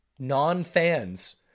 non-fans